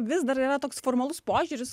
vis dar yra toks formalus požiūris